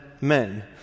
men